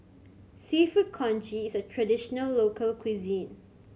Seafood Congee is a traditional local cuisine